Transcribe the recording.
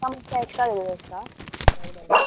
मात्शे एक्स्ट्रा दिव आसता